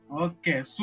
Okay